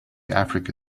africa